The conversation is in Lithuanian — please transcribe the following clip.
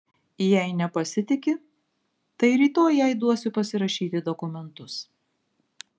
jei nepasitiki tai rytoj jai duosiu pasirašyti dokumentus